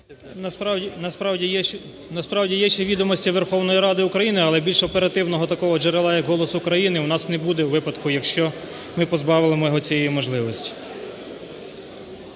насправді є ще "Відомості Верховної Ради України", але більш оперативного такого джерела як "Голос України" у нас не буде у випадку, якщо ми позбавимо його цієї можливості.